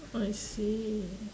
I see